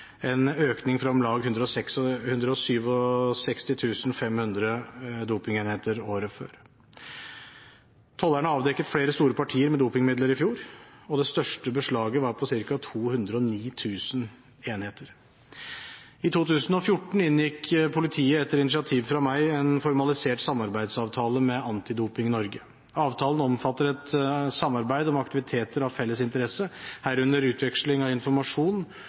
en økning fra om lag 167 500 dopingenheter året før. Tollerne avdekket flere store partier med dopingmidler i fjor, og det største beslaget var på ca. 209 000 enheter. I 2014 inngikk politiet – etter initiativ fra meg – en formalisert samarbeidsavtale med Antidoping Norge. Avtalen omfatter et samarbeid om aktiviteter av felles interesse, herunder utveksling av informasjon